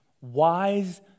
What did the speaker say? wise